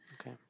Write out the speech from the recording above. Okay